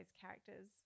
characters